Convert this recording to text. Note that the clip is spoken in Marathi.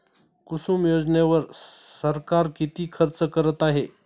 कुसुम योजनेवर सरकार किती खर्च करत आहे?